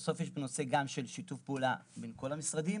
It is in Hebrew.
בסוף יש נושא של שיתוף פעולה עם כל המשרדים.